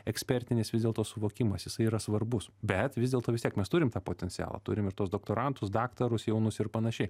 ekspertinis vis dėlto suvokimas jisai yra svarbus bet vis dėlto vis tiek mes turim tą potencialą turim ir tuos doktorantus daktarus jaunus ir panašiai